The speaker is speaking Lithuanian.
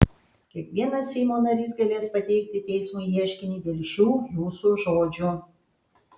kiekvienas seimo narys galės pateikti teismui ieškinį dėl šių jūsų žodžių